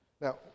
Now